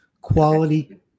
Quality